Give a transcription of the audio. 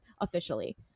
officially